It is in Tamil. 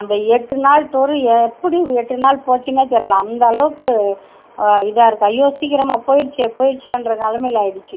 அந்த எட்டு நாள் டூரு எப்படி எட்டு நாள் போச்சுன்னே தெரில அந்த அளவுக்கு இதாக இருக்கு ஐயோ சீக்கிரமா போயிடிச்சே போயிடிச்சேன்ற நிலமையில ஆகிடிச்சி